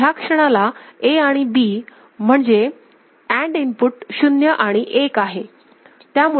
आणि ह्या क्षणाला A आणि B आणि म्हणजे अँड इनपुट 0 आणि 1 आहे